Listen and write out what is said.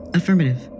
Affirmative